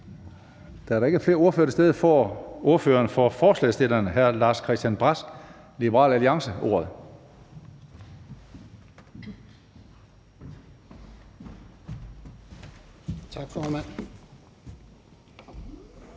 Da der ikke er flere ordførere til stede, får ordføreren for forslagsstillerne, hr. Lars-Christian Brask, Liberal Alliance, ordet.